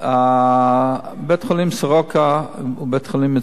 בית-חולים "סורוקה" הוא בית-חולים מצוין.